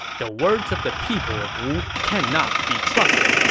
the words of the people of wu cannot be trusted.